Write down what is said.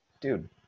Dude